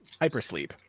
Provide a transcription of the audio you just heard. hypersleep